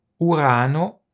Urano